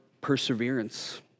Perseverance